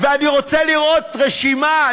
ואני רוצה לראות רשימה,